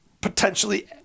potentially